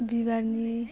बिबारनि